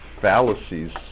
fallacies